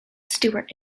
stewart